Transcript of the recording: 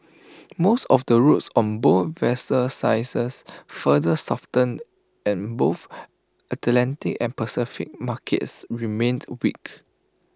most of the routes on both vessel sizes further softened and both Atlantic and Pacific markets remained weak